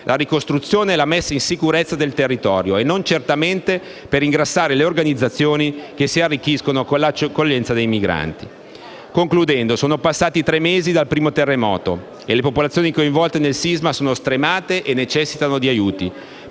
la ricostruzione e la messa in sicurezza del territorio e non certamente per ingrassare le organizzazioni che si arricchiscono con l'accoglienza dei migranti. Concludendo, sono passati tre mesi dal primo terremoto e le popolazioni coinvolte nel sisma sono stremate e necessitano di aiuti.